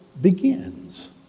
begins